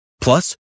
Plus